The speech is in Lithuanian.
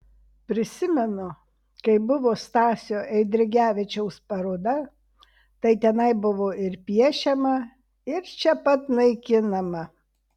prisimenu kai buvo stasio eidrigevičiaus paroda tai tenai buvo ir piešiama ir čia pat naikinama